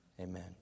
Amen